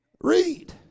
Read